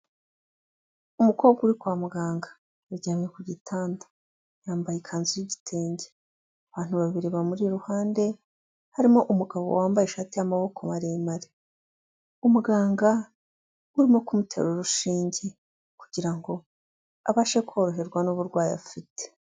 Umukobwa uri kwa muganga, aryamye ku gitanda, yambaye ikanzu y'igitenge, abantu babiri bamuri iruhande harimo, umugabo wambaye ishati y'amaboko maremare. Umuganga urimo kumutera urushinge kugira ngo abashe koroherwa n'uburwayi afite.